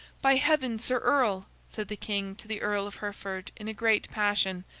by heaven, sir earl said the king to the earl of hereford, in a great passion,